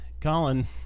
Colin